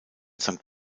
sankt